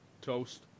Toast